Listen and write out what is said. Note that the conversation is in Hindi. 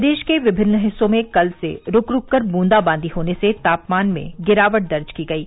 प्रदेश के विभिन्न हिस्सों में कल से रूक रूक कर बूंदाबांदी होने से तापमान में गिरावट दर्ज की गयी